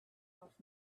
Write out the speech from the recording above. off